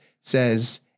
says